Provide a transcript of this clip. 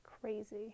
crazy